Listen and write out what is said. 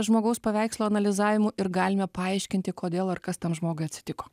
žmogaus paveikslo analizavimu ir galime paaiškinti kodėl ir kas tam žmogui atsitiko